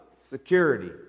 security